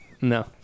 No